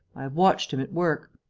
i have watched him at work.